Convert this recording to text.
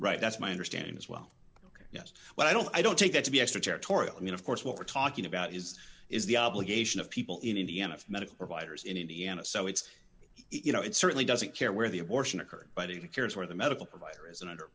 right that's my understanding as well yes well i don't i don't take that to be extraterritorial i mean of course what we're talking about is is the obligation of people in indiana for medical providers in indiana so it's you know it certainly doesn't care where the abortion occurred but if you care is where the medical provider is and under